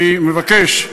אני מבקש,